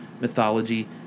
mythology